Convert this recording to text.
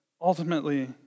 ultimately